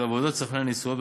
של עבודת סוכני הנסיעות,